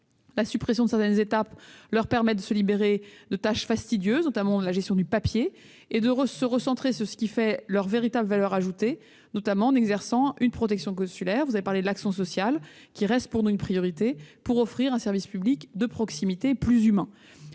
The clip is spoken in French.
La suppression de certaines étapes leur permet de se libérer de tâches fastidieuses, notamment de la gestion du papier, et de se recentrer sur ce qui fait leur véritable valeur ajoutée, en exerçant notamment une protection consulaire- vous avez parlé de l'action sociale, qui reste pour nous une priorité. Ainsi sera offert à nos